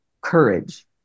courage